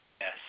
Yes